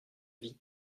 vit